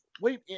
Wait